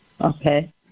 Okay